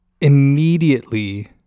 immediately